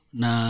na